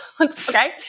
okay